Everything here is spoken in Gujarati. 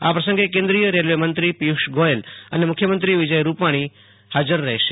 આ પ્રસંગે કેન્દ્રીય રેલુવેમંત્રી પીયૂષ ગોયેલ અને મુખ્યમંત્રી વિજય રૂપાણી હાજર રહેશે